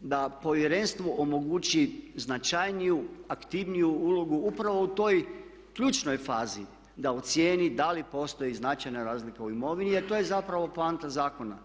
da povjerenstvu omogući značajniju, aktivniju ulogu upravo u toj ključnoj fazi da ocijeni da li postoji značajna razlika u imovini jer to je zapravo poanta zakona.